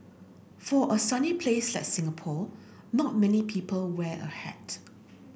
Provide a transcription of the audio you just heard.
for a sunny place like Singapore not many people wear a hat